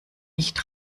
nicht